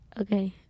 okay